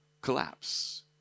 collapse